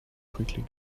quickly